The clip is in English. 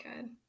good